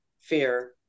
fear